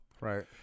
Right